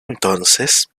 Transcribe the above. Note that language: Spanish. entonces